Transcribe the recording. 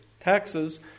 taxes